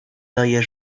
daje